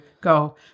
go